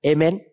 Amen